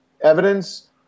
evidence